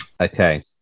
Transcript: Okay